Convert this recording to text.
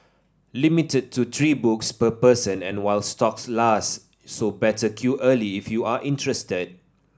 limited to three books per person and while stocks last so better queue early if you are interested